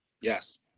yes